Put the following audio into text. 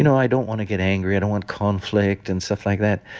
you know i don't want to get angry, i don't want conflict and stuff like that.